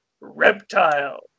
reptile